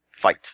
fight